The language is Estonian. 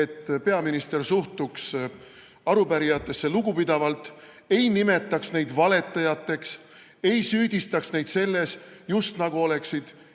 et peaminister suhtuks arupärijatesse lugupidavalt, ei nimetaks neid valetajateks, ei süüdistaks neid selles, just nagu oleksid